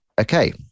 okay